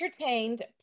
entertained